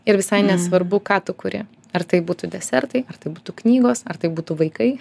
ir visai nesvarbu ką tu turi ar tai būtų desertai ar tai būtų knygos ar tai būtų vaikai